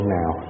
now